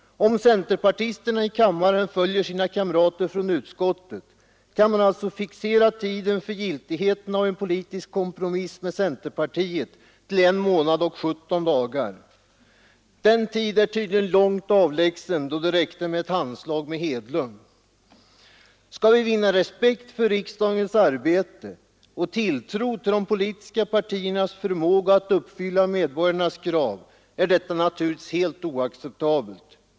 Om centerpartisterna i kammaren följer sina kamrater från utskottet, kan man alltså fixera tiden för giltigheten av en politisk kompromiss med centerpartiet till en månad och 17 dagar. Den tid är tydligen långt avlägsen då det räckte med ett handslag av Hedlund. Skall vi vinna respekt för riksdagens arbete och tilltro till de politiska partiernas förmåga att uppfylla medborgarnas krav är detta naturligtvis helt oacceptabelt.